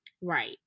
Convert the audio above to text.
right